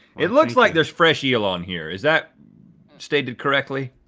it looks like there's fresh eel on here. is that stated correctly?